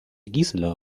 gisela